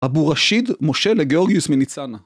אבו ראשיד, מושל לגיאורגיוס מניצנה